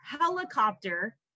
helicopter